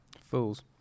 Fools